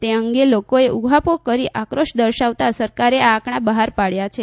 તે અંગે લોકોએ ઉહાપોહ કરી આક્રોશ દર્શાવતાં સરકારે આ આંકડા બહાર પાડ્યા છે